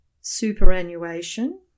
Superannuation